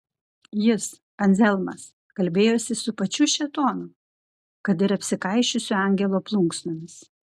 jis anzelmas kalbėjosi su pačiu šėtonu kad ir apsikaišiusiu angelo plunksnomis